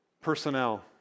personnel